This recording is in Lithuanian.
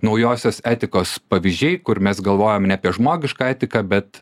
naujosios etikos pavyzdžiai kur mes galvojam ne apie žmogišką etiką bet